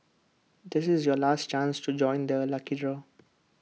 this is your last chance to join the lucky draw